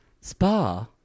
spa